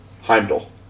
Heimdall